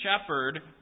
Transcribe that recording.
shepherd